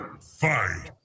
Fight